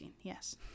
Yes